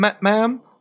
ma'am